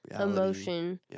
emotion